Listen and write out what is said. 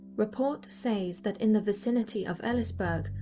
report says, that in the vicinity of ellisburgh,